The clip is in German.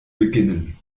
beginnen